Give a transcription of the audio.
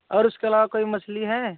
और उसके अलावा कोई मछली है